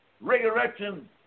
resurrection